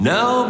Now